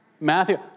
Matthew